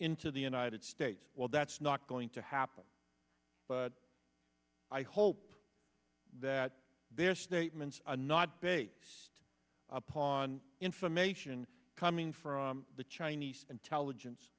into the united states well that's not going to happen but i hope that their statements are not based upon information coming from the chinese intelligence